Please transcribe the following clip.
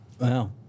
Wow